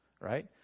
right